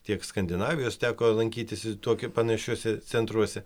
tiek skandinavijos teko lankytis tokia panašiuose centruose